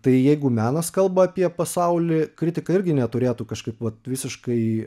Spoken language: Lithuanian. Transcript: tai jeigu menas kalba apie pasaulį kritika irgi neturėtų kažkaip vat visiškai